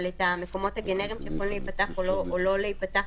אבל המקומות הגנריים שיכולים להיפתח או לא להיפתח,